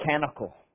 mechanical